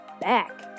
back